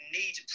need